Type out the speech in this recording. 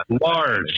Large